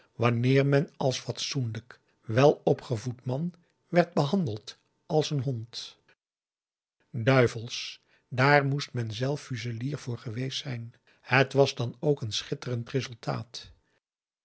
men als fatsoenlijk welopgevoed man werd behandeld als een hond duivelsch daar moest men zelf fuselier voor geweest zijn het was dan ook een schitterend resultaat